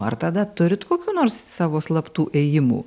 ar tada turit kokių nors savo slaptų ėjimų